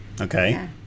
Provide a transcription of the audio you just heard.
Okay